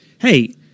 Hey